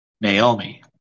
Naomi